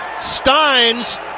Steins